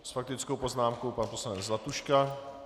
S faktickou poznámkou pan poslanec Zlatuška.